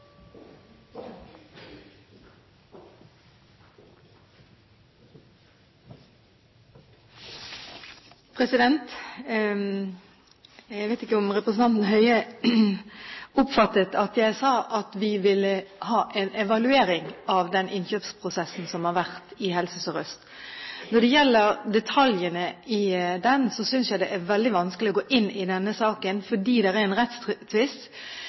Jeg vet ikke om representanten Høie oppfattet at jeg sa at vi vil ha en evaluering av den innkjøpsprosessen som har vært i Helse Sør-Øst. Når det gjelder detaljene i den, synes jeg det er veldig vanskelig å gå inn i denne saken, fordi det er en